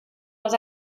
els